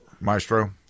Maestro